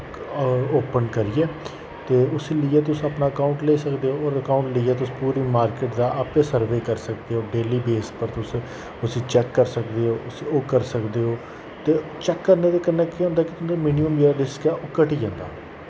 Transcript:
open करियै ते उस्सी लेइयै तुस अपना अकाउंट लेई सकदे ओ और अकाउंट लेइयै तुस पूरी मार्कट दा आपे सर्वे करी सकदे ओ डेली बेस पर तुस उस्सी चैक करदे ओ उस्सी ओह् करी सकदे ओ ते चैक करने दे कन्नै केह् होंदा कि तुंदा मिनिमम जेह्ड़ा रिस्क ऐ ओह् घटी जंदा